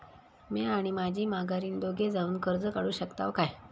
म्या आणि माझी माघारीन दोघे जावून कर्ज काढू शकताव काय?